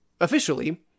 officially